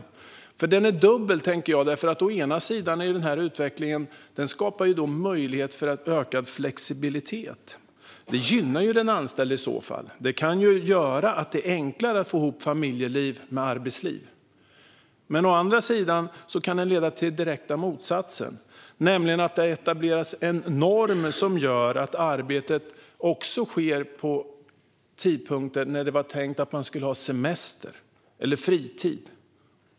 Utvecklingen är dubbel därför att den å ena sidan skapar möjlighet till en ökad flexibilitet. Det gynnar i så fall den anställde, för det kan göra det enklare att få ihop familjeliv med arbetsliv. Å andra sidan kan den leda till den direkta motsatsen, nämligen att det etableras en norm som gör att arbetet också sker på tidpunkter då det var tänkt att man skulle ha semester eller fritid.